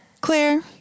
Claire